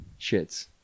shits